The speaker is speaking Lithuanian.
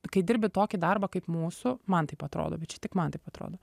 kai dirbi tokį darbą kaip mūsų man taip atrodo bet čia tik man taip atrodo